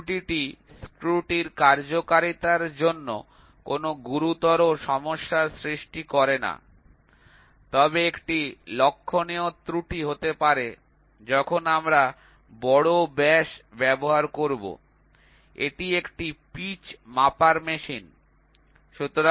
এই ত্রুটিটি স্ক্রুটির কার্যকারিতার জন্য কোনও গুরুতর সমস্যা সৃষ্টি করে না তবে একটি লক্ষণীয় ত্রুটি হতে পারে যখন আমরা বড় ব্যাস ব্যবহার করব এটি একটি পিচ মাপার মেশিন